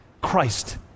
Christ